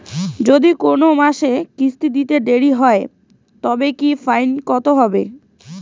যদি কোন মাসে কিস্তি দিতে দেরি হয় তবে কি ফাইন কতহবে?